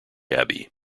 abbey